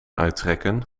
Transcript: uittrekken